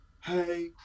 hey